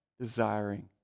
desiring